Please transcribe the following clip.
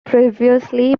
previously